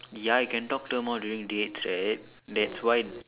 ya you can talk to her more during dates right that's why